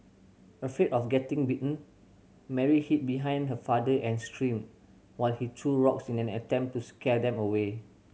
afraid of getting bitten Mary hid behind her father and screamed while he threw rocks in an attempt to scare them away